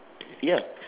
ya